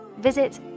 Visit